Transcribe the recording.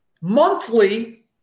monthly